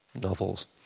novels